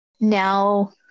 now